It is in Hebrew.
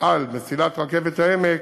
על מסילת רכבת העמק